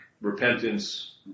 repentance